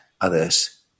others